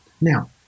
Now